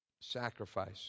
sacrifice